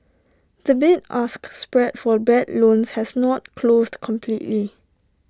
the bid ask spread for bad loans has not closed completely